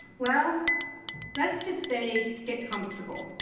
well let's just say get comfortable.